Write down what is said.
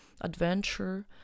adventure